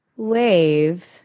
Wave